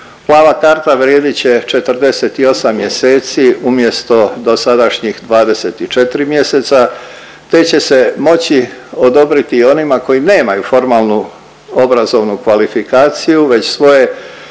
Plava karta vrijedit će 48 mjeseci umjesto dosadašnjih 24 mjeseca te će se moći odobriti i onima koji nemaju formalnu obrazovnu kvalifikaciju već svoje